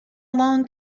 long